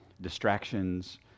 distractions